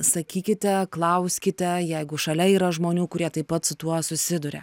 sakykite klauskite jeigu šalia yra žmonių kurie taip pat su tuo susiduria